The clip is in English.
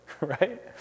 right